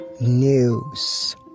News